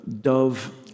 dove